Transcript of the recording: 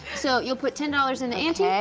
so you'll put ten dollars in the ante. okay,